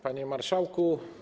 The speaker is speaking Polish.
Panie Marszałku!